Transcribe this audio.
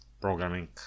programming